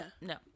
No